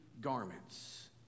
garments